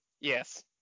Yes